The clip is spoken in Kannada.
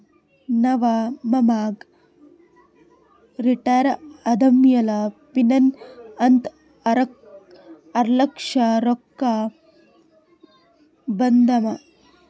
ನಮ್ ಮಾಮಾಗ್ ರಿಟೈರ್ ಆದಮ್ಯಾಲ ಪೆನ್ಷನ್ ಅಂತ್ ಆರ್ಲಕ್ಷ ರೊಕ್ಕಾ ಬಂದಾವ್